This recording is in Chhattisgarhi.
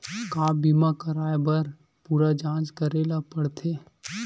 का बीमा कराए बर पूरा जांच करेला पड़थे?